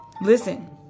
Listen